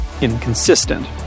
inconsistent